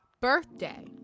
birthday